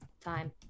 time